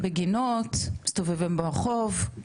בגינות, מסתובבים ברחוב.